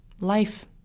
life